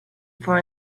for